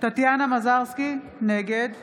טטיאנה מזרסקי, נגד